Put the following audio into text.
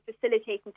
facilitating